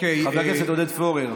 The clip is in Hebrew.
חבר הכנסת עודד פורר.